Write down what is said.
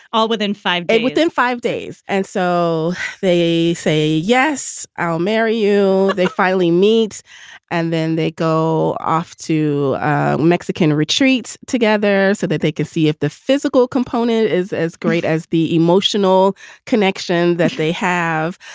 all within five. within five days. and so they say, yes, i'll marry you. they finally meet and then they go off to mexican retreats together so that they can see if the physical component is as great as the emotional connection that they have.